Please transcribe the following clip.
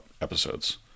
episodes